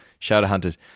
Shadowhunters